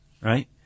right